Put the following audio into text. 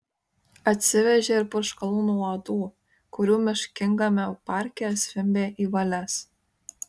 atsivežė ir purškalų nuo uodų kurių miškingame parke zvimbė į valias